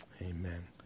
Amen